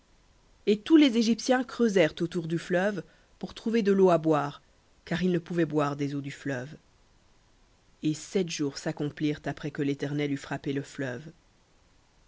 et tous les égyptiens creusèrent autour du fleuve de l'eau à boire car ils ne pouvaient boire des eaux du fleuve et sept jours s'accomplirent après que l'éternel eut frappé le fleuve